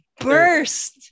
burst